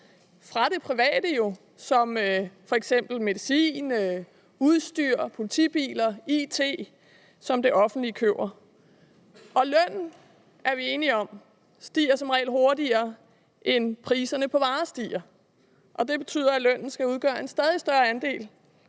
fra det private, som f.eks. medicin, udstyr, politibiler, it, som det offentlige køber. Lønnen – det er vi enige om – stiger som regel hurtigere, end priserne på varer stiger. Og det betyder, at lønnen skal udgøre en stadig større andel